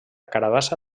carabassa